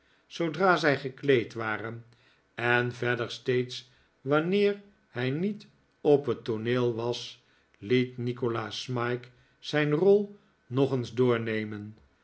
zoodra zij gekleed waren en verder steeds wanneer hij niet op het tooneel was liet nikolaas smike zijn rol nog eens doornemen